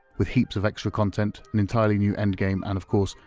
with heaps of extra content, an entirely new endgame, and of course,